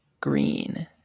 green